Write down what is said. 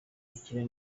bukire